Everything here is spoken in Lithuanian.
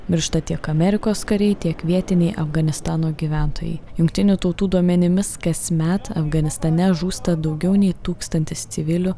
miršta tiek amerikos kariai tiek vietiniai afganistano gyventojai jungtinių tautų duomenimis kasmet afganistane žūsta daugiau nei tūkstantis civilių